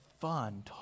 fun